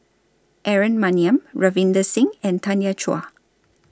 Aaron Maniam Ravinder Singh and Tanya Chua